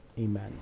Amen